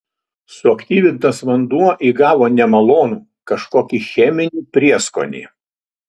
suaktyvintas vanduo įgavo nemalonų kažkokį cheminį prieskonį